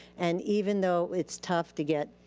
and even though it's tough to get,